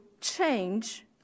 change